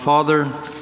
Father